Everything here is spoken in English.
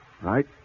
Right